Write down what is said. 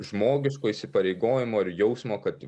žmogiško įsipareigojimo ir jausmo kad